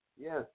yes